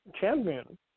champion